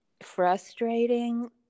frustrating